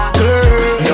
girl